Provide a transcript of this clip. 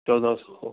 چودہ سو